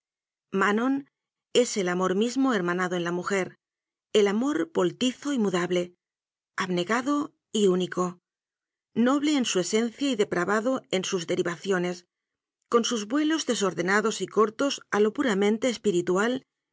manon es el amor mismo hermanado en la mujer el amor voltizo y mudable abnegado y único noble en su esencia y depravado en sus derivaciones con sus vuelos desordenados y cortos a lo pura mente espiritual